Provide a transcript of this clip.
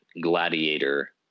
gladiator